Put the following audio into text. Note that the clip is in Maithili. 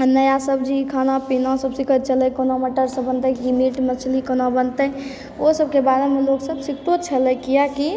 नया सब्जी खानापीनासभ सीखैत छलय कोना मटरसभ बनतै कि मीट मछली कोना बनतै ओ सभके बारेमे लोकसभ सीखतो छलय किआकि